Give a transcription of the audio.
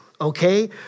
okay